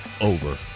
Over